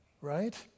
right